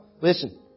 Listen